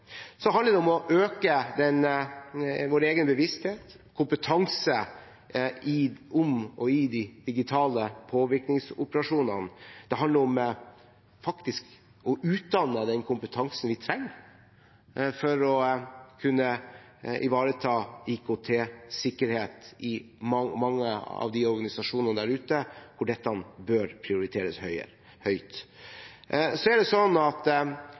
handler om å øke vår egen bevissthet og kompetanse i de digitale påvirkningsoperasjonene. Det handler om å utdanne den kompetansen vi trenger for å kunne ivareta IKT-sikkerhet i mange av de organisasjonene der ute hvor dette bør prioriteres høyt. Regjeringen prioriterer beredskap høyt